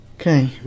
Okay